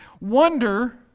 wonder